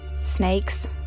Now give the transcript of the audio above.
Snakes